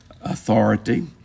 authority